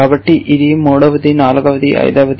కాబట్టి ఇది మూడవది నాల్గవది మరియు ఐదవది